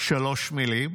שלוש מילים,